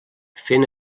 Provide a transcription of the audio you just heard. fent